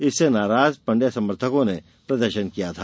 इससे नाराज पंडया समर्थको ने प्रदर्शन किया था